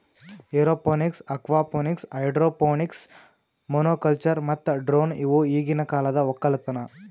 aeroponics, aquaponics, hydroponics, monoculture ಮತ್ತ drone ಇವು ಈಗಿನ ಕಾಲದ ಒಕ್ಕಲತನ